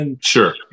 Sure